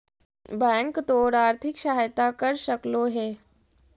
bank तोर आर्थिक सहायता कर सकलो हे